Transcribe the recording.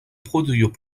produit